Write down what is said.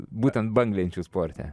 būtent banglenčių sporte